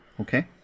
okay